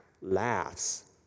laughs